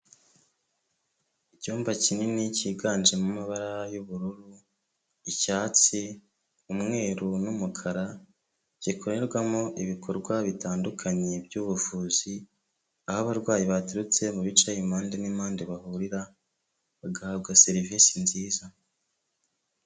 Icyumba kinini cyiganjemo amabara y'ubururu, icyatsi, umweru n'umukara, gikorerwamo ibikorwa bitandukanye by'ubuvuzi, aho abarwayi baturutse mu bice, impande n'impande bahurira, bagahabwa serivisi nziza.